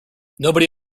nobody